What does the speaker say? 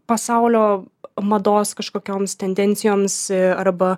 pasaulio mados kažkokioms tendencijoms arba